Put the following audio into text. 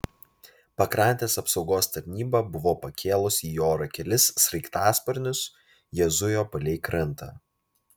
pakrantės apsaugos tarnyba buvo pakėlusi į orą kelis sraigtasparnius jie zujo palei krantą